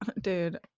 Dude